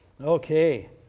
Okay